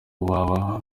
baba